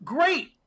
Great